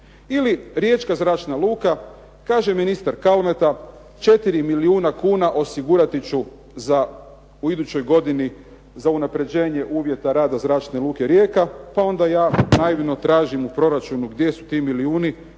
Ili Riječka zračna luka, kaže ministar Kalmeta "4 milijuna kuna osigurati ću u idućoj godini za unapređenje uvjeta rada Zračne luke Rijeka", pa onda ja naivno tražim u proračunu gdje su ti milijuni.